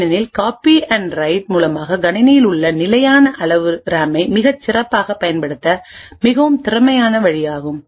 ஏனெனில் copy and write மூலமாக கணினியில் உள்ள நிலையான அளவு ரேமைப் மிகச் சிறப்பாக பயன்படுத்த மிகவும் திறமையான வழியாகும்